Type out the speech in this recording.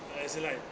as in like